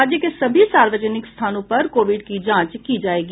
राज्य के सभी सार्वजनिक स्थानों पर कोविड की जांच की जायेगी